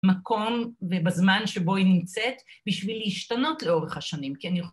מקום ובזמן שבו היא נמצאת בשביל להשתנות לאורך השנים, כי אני